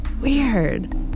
Weird